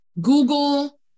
Google